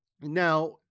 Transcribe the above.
Now